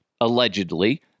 allegedly